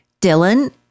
Dylan